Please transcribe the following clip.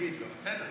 A1